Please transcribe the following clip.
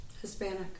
Hispanic